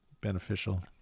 beneficial